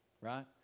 right